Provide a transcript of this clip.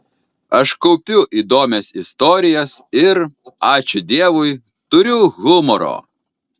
aš kaupiu įdomias istorijas ir ačiū dievui turiu humoro